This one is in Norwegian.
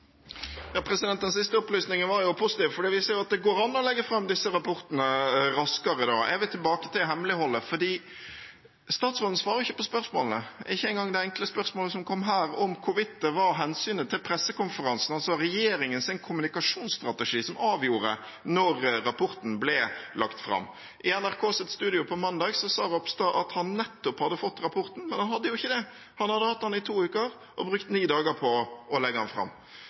Den siste opplysningen var jo positiv, for det viser at det går an å legge fram disse rapportene raskere. Jeg vil tilbake til hemmeligholdet, for statsråden svarer ikke på spørsmålene, ikke engang det enkle spørsmålet som kom her, om hvorvidt det var hensynet til pressekonferansen, altså regjeringens kommunikasjonsstrategi, som avgjorde når rapporten ble lagt fram. I NRKs studio på mandag sa Ropstad at han nettopp hadde fått rapporten, men han hadde jo ikke det. Han hadde hatt den i to uker og brukt ni dager på å legge den fram.